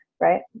right